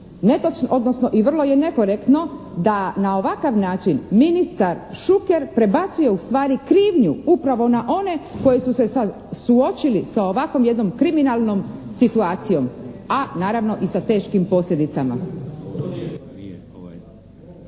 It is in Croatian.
odnosno i vrlo je nekorektno da na ovakav način ministar Šuker prebacuje ustvari krivnju upravo na one koji su se suočili sa ovako jednom kriminalnom situacijom, a naravno i sa teškim posljedicama.